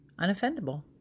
unoffendable